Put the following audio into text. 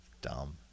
Dumb